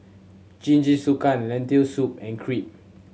Jingisukan Lentil Soup and Crepe